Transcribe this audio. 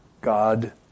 God